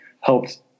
helped